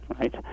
right